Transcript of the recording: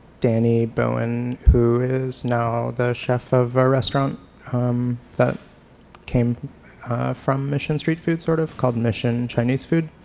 danny bowien, who is now the chef of a restaurant that came from mission street food sort of, called mission chinese food,